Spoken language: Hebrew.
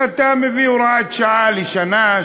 אתה מביא הוראת מעבר לשנה,